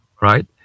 right